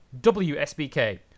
WSBK